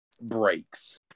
breaks